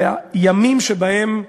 בימים שבהם ציינו,